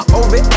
over